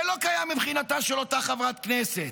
זה לא קיים מבחינתה של אותה חברת כנסת,